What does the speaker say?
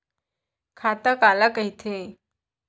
खाता काला कहिथे?